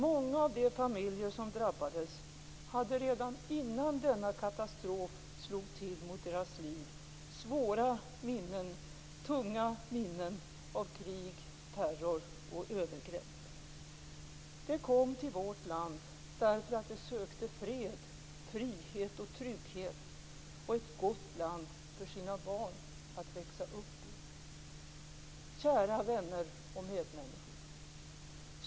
Många av de familjer som drabbades hade redan innan denna katastrof slog till mot deras liv svåra minnen, tunga minnen av krig, terror och övergrepp. De kom till vårt land, därför att de sökte fred, frihet och trygghet och ett gott land för sina barn att växa upp i. Kära vänner och medmänniskor!